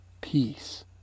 peace